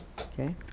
Okay